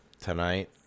tonight